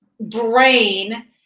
brain